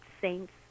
saints